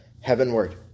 Heavenward